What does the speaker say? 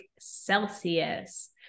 Celsius